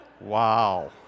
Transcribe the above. Wow